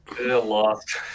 lost